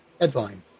headline